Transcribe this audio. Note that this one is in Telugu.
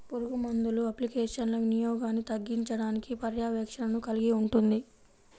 పురుగుమందుల అప్లికేషన్ల వినియోగాన్ని తగ్గించడానికి పర్యవేక్షణను కలిగి ఉంటుంది